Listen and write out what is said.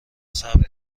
صبر